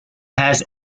has